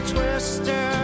Twister